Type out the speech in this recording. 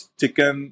chicken